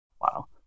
Wow